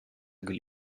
küll